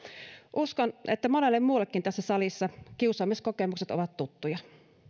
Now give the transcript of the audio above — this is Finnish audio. uskon että monelle muullekin tässä salissa kiusaamiskokemukset ovat tuttuja